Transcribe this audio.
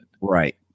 Right